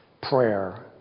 Prayer